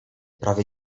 prawie